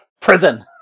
prison